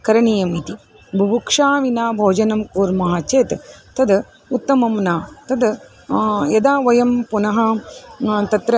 करणीयम् इति बुभुक्षा विना भोजनं कुर्मः चेत् तद् उत्तमं न तद् यदा वयं पुनः तत्र